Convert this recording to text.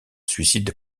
suicide